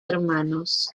hermanos